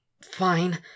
fine